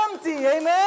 Amen